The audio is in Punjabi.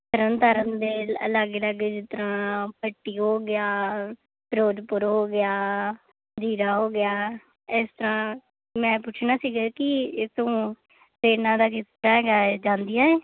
ਤਰਨ ਤਾਰਨ ਦੇ ਲਾਗੇ ਲਾਗੇ ਜਿੱਦਾਂ ਪੱਟੀ ਹੋ ਗਿਆ ਫਿਰੋਜ਼ਪੁਰ ਹੋ ਗਿਆ ਜੀਰਾ ਹੋ ਗਿਆ ਇਸ ਤਰ੍ਹਾਂ ਮੈਂ ਪੁੱਛਣਾ ਸੀਗਾ ਕਿ ਇੱਥੋਂ ਅਤੇ ਇਹਨਾਂ ਦਾ ਕਿਸ ਤਰ੍ਹਾਂ ਹੈਗਾ ਹੈ ਜਾਂਦੀਆਂ ਹੈ